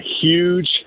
huge